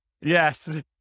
Yes